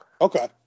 Okay